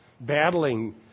battling